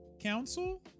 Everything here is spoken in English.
council